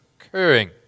occurring